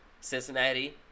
Cincinnati